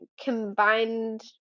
combined